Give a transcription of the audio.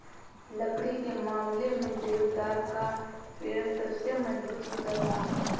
लकड़ी के मामले में देवदार का पेड़ सबसे मज़बूत होता है